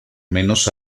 menos